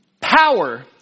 power